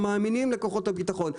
מאמינים לכוחות הביטחון.